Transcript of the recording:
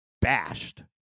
bashed